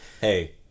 Hey